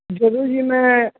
ਜਦੋਂ ਜੀ ਮੈਂ